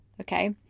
okay